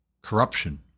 corruption